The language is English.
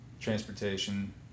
transportation